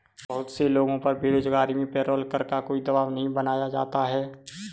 बहुत से लोगों पर बेरोजगारी में पेरोल कर का कोई दवाब नहीं बनाया जाता है